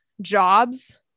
jobs